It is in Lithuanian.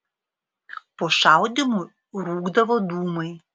po šaudymų rūkdavo dūmai